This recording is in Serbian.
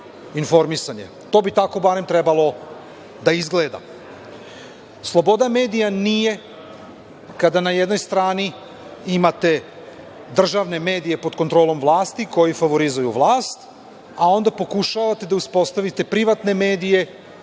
To bi tako barem trebalo da izgleda. Sloboda medija nije, kada ne jednoj strani imate državne medije pod kontrolom vlasti koji favorizuju vlast, a onda pokušavate da uspostavite privatne medije